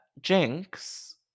jinx